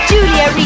Julia